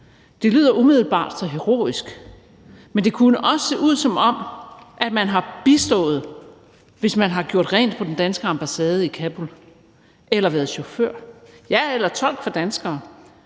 Det lyder umiddelbart så heroisk, men det kunne også se ud, som om man har bistået, hvis man har gjort rent på den danske ambassade i Kabul eller været chauffør, ja, eller tolk for danskere.